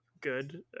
good